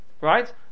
right